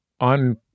on